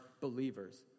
believers